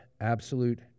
absolute